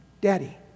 Daddy